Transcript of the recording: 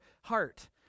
heart